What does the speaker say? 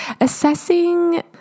Assessing